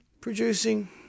producing